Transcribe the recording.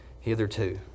hitherto